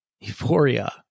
Euphoria